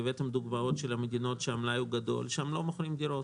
והבאתם דוגמאות של מדינות שבהן המלאי גדול שם לא מוכרים דירות